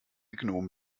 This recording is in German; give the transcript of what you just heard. gnom